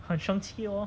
很生气 lor